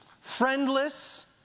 friendless